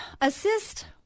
assist